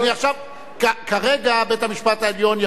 כרגע בית-המשפט העליון,